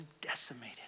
decimated